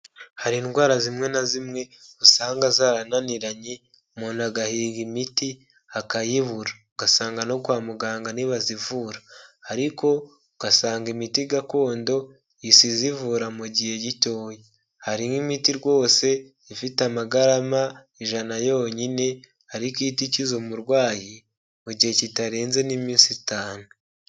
Hari indwara zimwe na zimwe usanga zarananiranye umuntu agahiga imiti akayibura, ugasanga no kwa muganga ntibazivura, ariko ugasanga imiti gakondo ihise izivura mu gihe gitoya. Hari nk'imiti rwose ifite amagarama ijana yonyine ariko ihita ikiza umurwayi mu gihe kitarenze n'iminsi itanu.